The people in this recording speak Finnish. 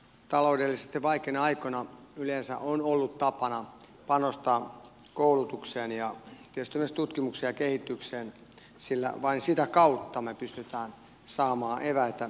taloudellisesti vaikeina aikoina yleensä on ollut tapana panostaa koulutukseen ja tietysti myös tutkimukseen ja kehitykseen sillä vain sitä kautta me pystymme saamaan eväitä nousuun